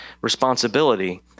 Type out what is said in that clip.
responsibility